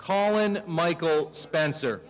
colin michael spencer